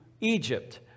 Egypt